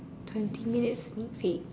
twenty minutes is it